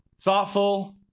thoughtful